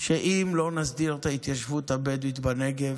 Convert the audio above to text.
שאם לא נסדיר את ההתיישבות הבדואית בנגב,